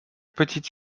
petite